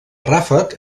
ràfec